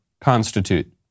constitute